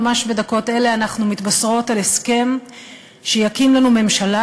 ממש בדקות אלה אנחנו מתבשרות על הסכם שיקים לנו ממשלה,